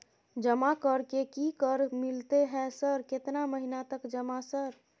जमा कर के की कर मिलते है सर केतना महीना तक जमा सर?